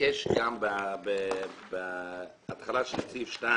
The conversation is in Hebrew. בתחילת סעיף (2)